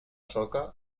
soca